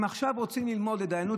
הם עכשיו רוצים ללמוד לדיינות,